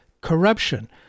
corruption